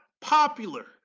popular